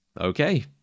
Okay